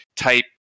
type